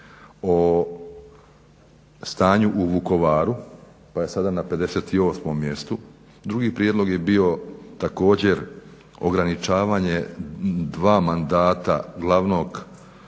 o stanju u Vukovaru pa je sa da na 58 mjestu. Drugi prijedlog je bio također ograničavanje dva mandata glavnog